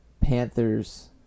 Panthers